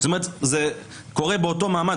זה קורה באותו מעמד,